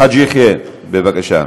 חאג' יחיא, בבקשה.